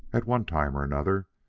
at one time or another,